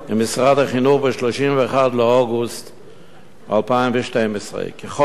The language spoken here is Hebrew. החינוך ב-31 באוגוסט 2012. ככל הנראה,